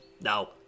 No